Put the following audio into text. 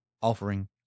offering